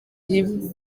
ibiri